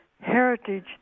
heritage